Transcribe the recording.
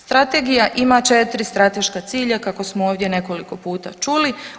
Strategija ima 4 strateška cilja kako smo ovdje nekoliko puta čuli.